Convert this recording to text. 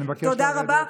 תודה רבה.